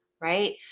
right